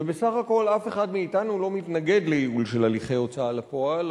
ובסך הכול אף אחד מאתנו לא מתנגד לייעול של הליכי הוצאה לפועל,